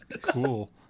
cool